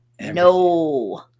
No